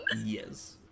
Yes